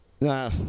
Nah